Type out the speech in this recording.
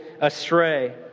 astray